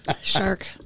Shark